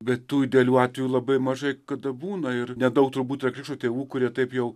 bet tų idealių atvejų labai mažai kada būna ir nedaug turbūt yra krikšto tėvų kurie taip jau